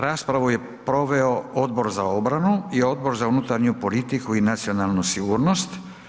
Raspravu je proveo Odbor za obranu i Odbor za unutarnju politiku i nacionalnu sigurnost.